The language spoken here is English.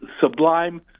sublime